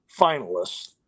finalists